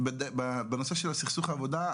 בנושא של סכסוך עבודה,